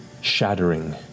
shattering